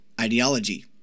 ideology